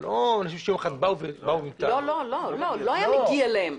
לא היה מגיע להם.